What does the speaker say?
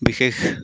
বিশেষ